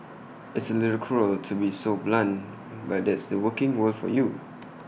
it's A little cruel to be so blunt but that's the working world for you